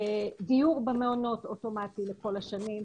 דיור במעונות אוטומטי לכל השנים,